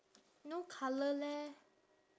no colour leh